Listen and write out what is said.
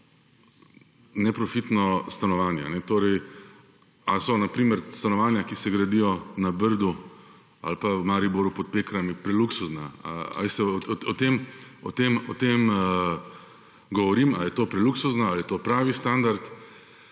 neprofitno stanovanje, torej ali so na primer stanovanja, ki se gradijo na Brdu ali v Mariboru pod Pekrami, preluksuzna. O tem govorim, ali je to preluksuzno ali je to pravi standard.